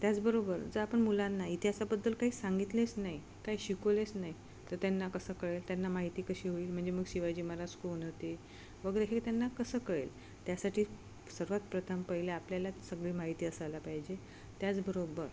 त्याचबरोबर जर आपण मुलांना इतिहासाबद्दल काही सांगितलेच नाही काही शिकवलेच नाही तर त्यांना कसं कळेल त्यांना माहिती कशी होईल म्हणजे मग शिवाजी महाराज कोण होते वगैरे हे त्यांना कसं कळेल त्यासाठी सर्वात प्रथम पहिले आपल्याला सगळी माहिती असायला पाहिजे त्याचबरोबर